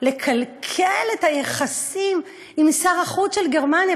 לקלקל את היחסים עם שר החוץ של גרמניה,